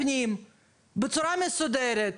יפה,